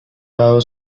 dado